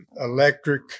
Electric